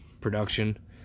production